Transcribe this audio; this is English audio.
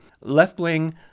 Left-wing